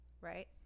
right